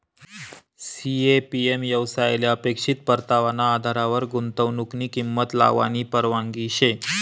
CAPM येवसायले अपेक्षित परतावाना आधारवर गुंतवनुकनी किंमत लावानी परवानगी शे